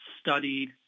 studied